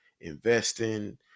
investing